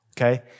okay